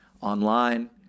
online